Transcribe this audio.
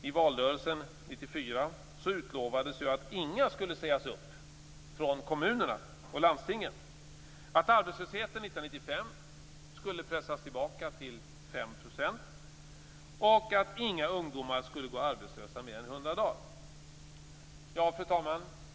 I valrörelsen 1994 utlovades ju att inga skulle sägas upp från kommunerna och landstingen, att arbetslösheten 1995 skulle pressas tillbaka till 5 % och att inga ungdomar skulle gå arbetslösa mer än 100 dagar.